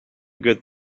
good